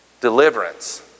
deliverance